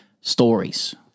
stories